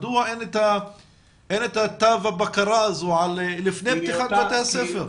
מדוע אין את תו הבקרה הזה על לפני פתח בתי הספר?